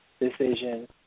decision